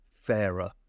fairer